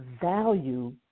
value